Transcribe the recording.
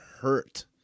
hurt